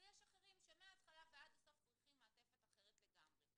ויש אחרים שמהתחלה ועד הסוף צריכים מעטפת אחרת לגמרי.